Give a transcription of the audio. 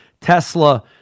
Tesla